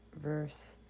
verse